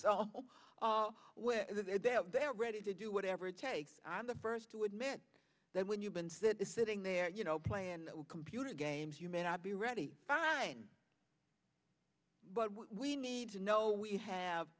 when they are ready to do whatever it takes on the first to admit that when you've been so that is sitting there you know playing computer games you may not be ready fine but we need to know we have